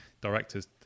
directors